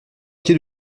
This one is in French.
pied